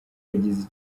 yagize